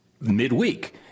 midweek